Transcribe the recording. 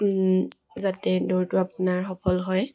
যাতে দৌৰটো আপোনাৰ সফল হয়